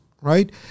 right